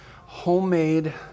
homemade